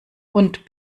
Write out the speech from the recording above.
und